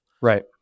Right